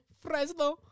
Fresno